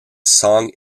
song